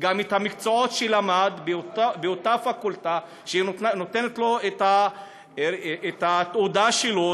את המקצועות שהוא למד באותה פקולטה שנותנת לו את התעודה שלו,